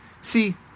See